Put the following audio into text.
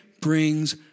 brings